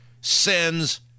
sends